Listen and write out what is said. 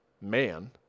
man